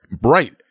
bright